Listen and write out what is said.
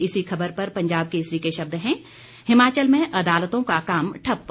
इसी खबर पर पंजाब केसरी के शब्द हैं हिमाचल में अदालतों का काम ठप्प